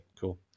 cool